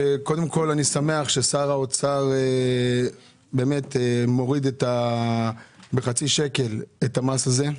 שקודם כול אני שמח ששר האוצר מוריד בחצי שקל את המס הזה.